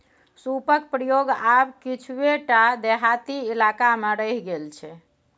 सूपक प्रयोग आब किछुए टा देहाती इलाकामे रहि गेल छै